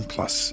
Plus